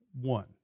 One